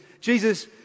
Jesus